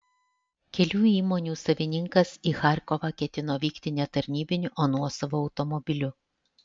kelių įmonių savininkas į charkovą ketino vykti ne tarnybiniu o nuosavu automobiliu